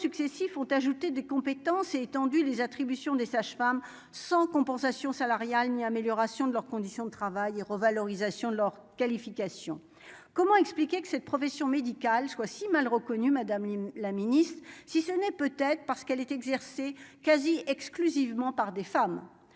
gouvernements successifs ont ajouté des compétences étendues les attributions des sages-femmes sans compensation salariale ni amélioration de leurs conditions de travail et revalorisation de leur qualification, comment expliquer que cette profession médicale soit si mal reconnu, Madame la Ministre, si ce n'est peut-être parce qu'elle est exercée quasi exclusivement par des femmes